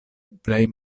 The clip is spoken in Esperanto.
plej